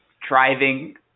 driving